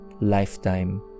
lifetime